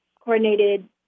coordinated